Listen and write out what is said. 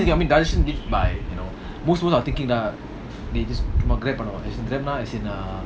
okay thing is okay அன்னைக்குநான்:annaiku nan did buy you know சும்மா:summa as in uh